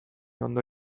ondo